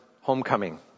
homecoming